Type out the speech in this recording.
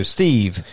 Steve